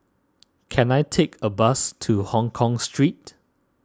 can I take a bus to Hongkong Street